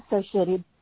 associated